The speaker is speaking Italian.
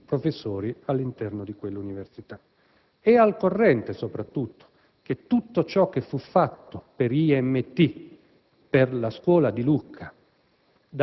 professori all'interno di quell'università. È al corrente soprattutto che tutto ciò che fu fatto per l'IMT, per la Scuola di Lucca,